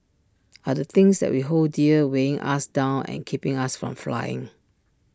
are the things that we hold dear weighing us down and keeping us from flying